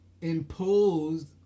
imposed